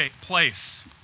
place